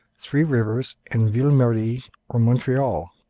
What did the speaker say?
three rivers, and ville-marie or montreal.